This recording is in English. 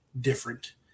different